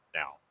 now